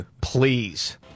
Please